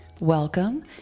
Welcome